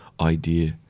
idea